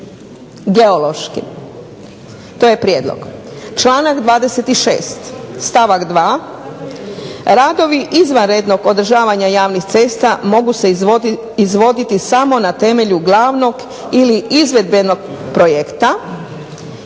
Geološki, to je prijedlog. Članak 26. stavak 2. radovi izvanrednog održavanja javnih cesta mogu se izvoditi samo na temelju glavnog ili izvedbenog projekta,